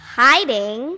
hiding